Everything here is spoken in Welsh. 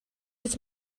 sut